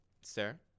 Sir